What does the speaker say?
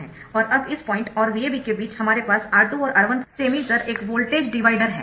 और अब इस पॉइंट और VAB के बीच हमारे पास R2 और R1 से मिलकर एक वोल्टेज डिवाइडर है